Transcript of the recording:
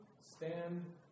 stand